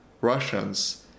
Russians